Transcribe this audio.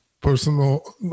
personal